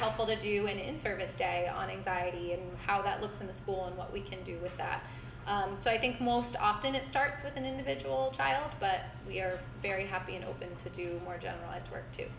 helpful to do an in service day on how that looks in the school and what we can do with that so i think often it starts with an individual child but we're very happy and open to do marginalised work to